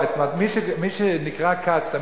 חבר הכנסת חיים כץ,